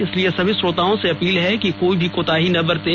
इसलिए सभी श्रोताओं से अपील है कि कोई भी कोताही ना बरतें